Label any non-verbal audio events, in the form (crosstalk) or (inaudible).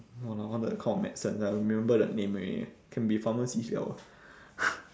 !walao! all the kind of medicine I remember their name already can be pharmacist [liao] (noise)